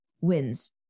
wins